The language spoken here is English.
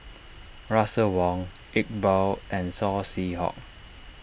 Russel Wong Iqbal and Saw Swee Hock